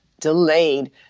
Delayed